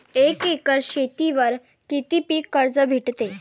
एक एकर शेतीवर किती पीक कर्ज भेटते?